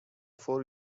four